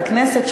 את הכנסת,